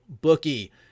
bookie